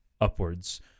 upwards